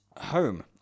home